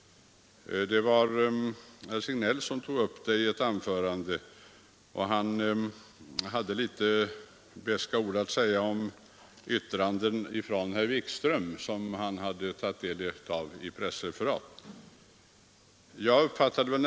Det var herr Signell som i sitt anförande hade några beska ord att säga om vissa yttranden av herr Wikström vid folkpartiets årsmöte, vilka herr Signell hade tagit del av i pressreferaten.